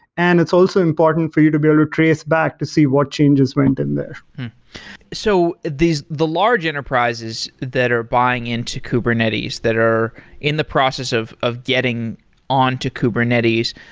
and it's also important for you to be able to trace back to see what changes went in there so the large enterprises that are buying into kubernetes that are in the process of of getting on to kubernetes,